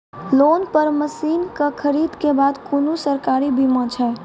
Loan पर मसीनऽक खरीद के बाद कुनू सरकारी बीमा छै?